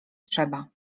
trzeba